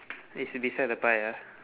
it's beside the pie ah